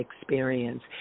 experience